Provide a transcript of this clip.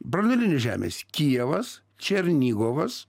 branduolinis žemės kijevas černigovas